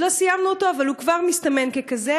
עוד לא סיימנו אותו, אבל הוא כבר מסתמן ככזה.